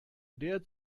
der